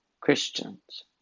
Christians